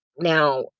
Now